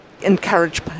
encourage